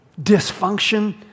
dysfunction